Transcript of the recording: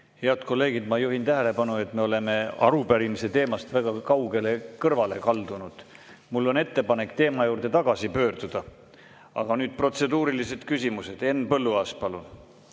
Head kolleegid, ma juhin tähelepanu, et me oleme arupärimise teemast väga kaugele kõrvale kaldunud. Mul on ettepanek teema juurde tagasi pöörduda. Aga nüüd protseduurilised küsimused. Henn Põlluaas, palun!